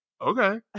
okay